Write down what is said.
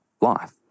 life